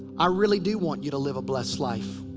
i really do want you to live a blessed life.